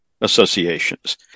associations